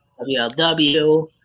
WLW